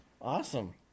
Awesome